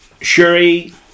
Shuri